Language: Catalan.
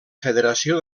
federació